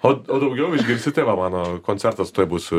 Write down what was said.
o daugiau išgirsite va mano koncertas tuoj bus